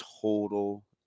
total